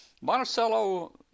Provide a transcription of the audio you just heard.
Monticello